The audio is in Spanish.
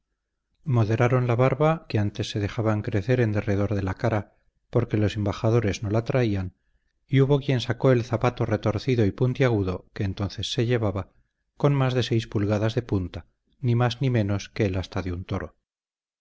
moderaron la barba que antes se dejaban crecer en derredor de la cara porque los embajadores no la traían y hubo quien sacó el zapato retorcido y puntiagudo que entonces se llevaba con más de seis pulgadas de punta ni más ni menos que el asta de un toro